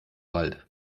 wald